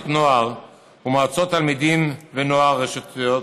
נוער ומועצות תלמידים ונוער רשותיות)